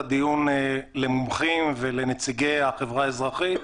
הדיון למומחים ולנציגי החברה האזרחית.